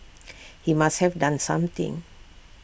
he must have done something